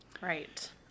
right